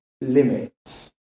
limits